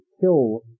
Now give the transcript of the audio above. kill